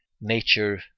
NATURE